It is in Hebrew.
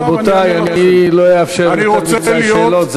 רבותי, אני לא אאפשר יותר מדי שאלות.